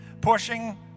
pushing